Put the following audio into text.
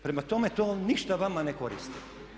Prema tome to ništa vama ne koristi.